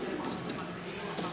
הרבה כסף העברת.